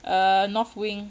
err north wing